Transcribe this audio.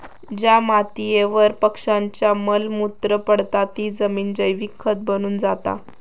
ज्या मातीयेवर पक्ष्यांचा मल मूत्र पडता ती जमिन जैविक खत बनून जाता